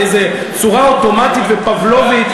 באיזו צורה אוטומטית ופבלובית,